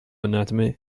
anatomy